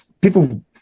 people